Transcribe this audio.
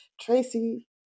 Tracy